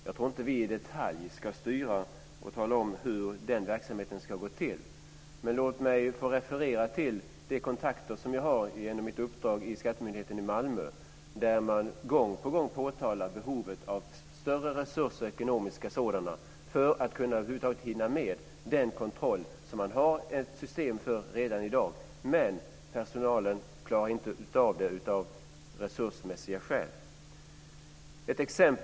Jag menar att vi inte i detalj ska styra den verksamheten och tala om hur den ska gå till, men låt mig få referera till de kontakter som jag har genom mitt uppdrag i skattemyndigheten i Malmö, där man gång på gång pekat på behovet av större ekonomiska resurser för att över huvud taget hinna med den kontroll som man redan i dag har ett system för. Personalen klarar dock av resursmässiga skäl inte av att utföra den.